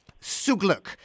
Sugluk